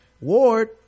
Ward